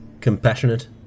compassionate